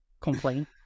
complain